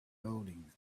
bowling